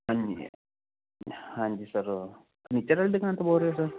ਹਾਂਜੀ ਹਾਂਜੀ sir furniture ਆਲੀ ਦੁਕਾਨ ਤੋਂ ਬੋਲ ਰਹੇ ਸਰ